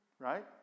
Right